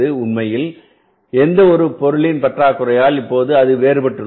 உண்மையில் எந்தவொரு பொருளின் பற்றாக்குறையால் இப்போது அது வேறுபட்டுள்ளது